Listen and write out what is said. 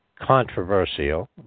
controversial